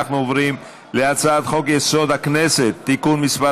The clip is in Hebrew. אנחנו עוברים להצעת חוק-יסוד: הכנסת (תיקון מס'